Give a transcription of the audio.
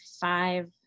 five